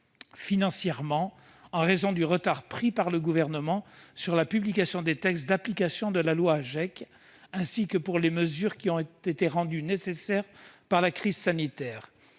financièrement en raison du retard pris par le Gouvernement sur la publication des textes d'application de la loi AGEC, ainsi que pour les mesures qui ont été rendues nécessaires par la crise sanitaire.